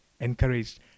encouraged